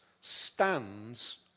stands